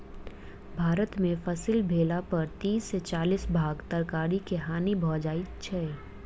भारत में फसिल भेला पर तीस से चालीस भाग तरकारी के हानि भ जाइ छै